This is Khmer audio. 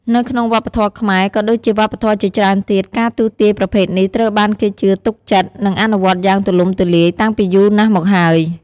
នៅក្នុងវប្បធម៌ខ្មែរ ក៏ដូចជាវប្បធម៌ជាច្រើនទៀត ការទស្សន៍ទាយប្រភេទនេះត្រូវបានគេជឿទុកចិត្ត និងអនុវត្តយ៉ាងទូលំទូលាយតាំងពីយូរណាស់មកហើយ។